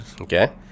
Okay